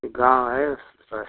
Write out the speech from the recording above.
एक गाँव है उसके पास